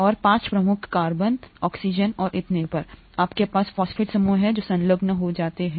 और 5 मुख्य carbon oxygen और इतने पर आपके पास फॉस्फेट समूह हैं जो संलग्न हो जाते हैं